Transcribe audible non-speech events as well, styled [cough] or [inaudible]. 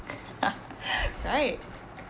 [laughs] right